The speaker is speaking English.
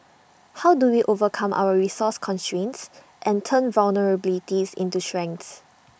how do we overcome our resource constraints and turn vulnerabilities into strengths